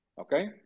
Okay